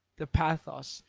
the pathos,